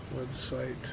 website